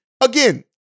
again